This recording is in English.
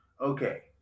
Okay